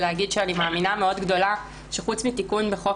ולהגיד שאני מאמינה מאוד גדולה שחוץ מתיקון בחוק